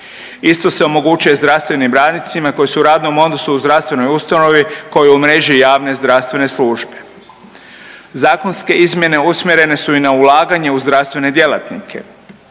Isto se omogućuje zdravstvenim radnicima koji su u radnom odnosu u zdravstvenoj ustanovi koja je u mreži javne zdravstvene službe. Zakonske izmjene usmjerene su i na ulaganje u zdravstvene djelatnike.